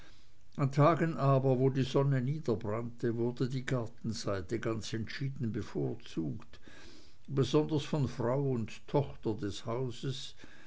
tagen aber wo die sonne niederbrannte wurde die gartenseite ganz entschieden bevorzugt besonders von frau und tochter des hauses